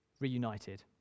reunited